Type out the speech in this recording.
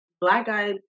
black-eyed